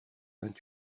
vingt